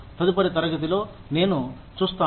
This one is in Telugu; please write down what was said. తదుపరి తరగతిలో నేను చూస్తాను